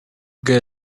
guy